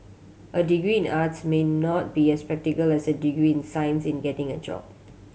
a degree in arts may not be as practical as a degree in science in getting a job